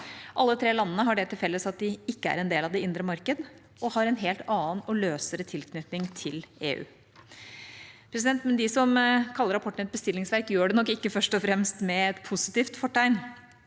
Alle tre landene har det til felles at de ikke er en del av det indre marked, og har en helt annen og løsere tilknytning til EU. De som kaller rapporten et bestillingsverk, gjør det nok ikke først og fremst med et positivt fortegn.